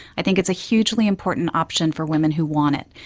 i think it's a hugely important option for women who want it,